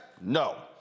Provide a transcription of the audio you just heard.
no